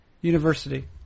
University